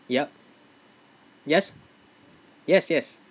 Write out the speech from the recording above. yup yes yes yes